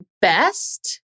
best